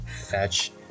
fetch